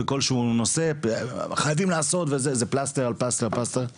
היום לכל ילד קטן יש טלפון ביד,